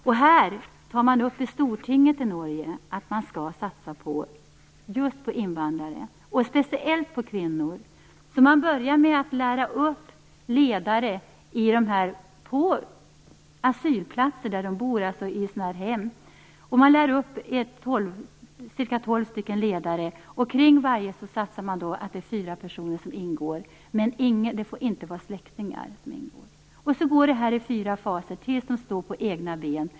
I Stortinget i Norge tar man upp att man skall satsa just på invandrare, och speciellt på kvinnor. Man börjar med att lära upp ledare på asylplatserna där de bor. Man lär upp cirka tolv ledare. Kring varje ingår sedan fyra personer, men det får inte vara släktingar. Så går detta i fyra faser tills de står på egna ben.